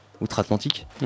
outre-Atlantique